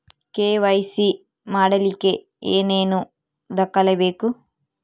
KYC ಮಾಡಲಿಕ್ಕೆ ಏನೇನು ದಾಖಲೆಬೇಕು?